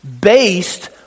based